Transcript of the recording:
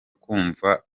kumva